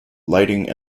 lighting